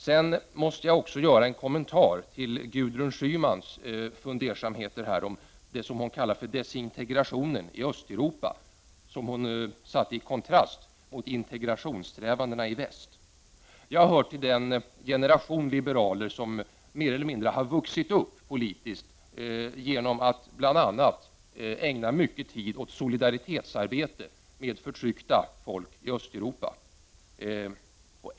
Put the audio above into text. Sedan måste jag också göra en kommentar till Gudrun Schymans fundersamheter om det som hon kallar desintegrationen i Östeuropa, som hon satte i kontrast mot integrationssträvandena i väst. Jag hör till den generation liberaler som mer eller mindre vuxit upp politiskt genom att bl.a. ägna mycket tid åt solidaritetsarbete med förtryckta folk i Östeuropa.